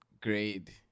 grade